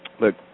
Look